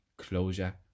closure